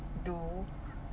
do